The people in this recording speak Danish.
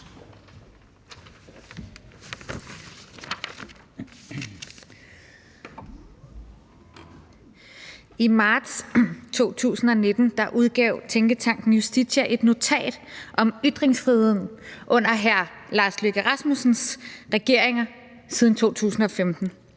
I marts 2019 udgav tænketanken Justitia et notat om ytringsfriheden under hr. Lars Løkke Rasmussens regeringer siden 2015.